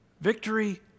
Victory